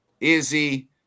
Izzy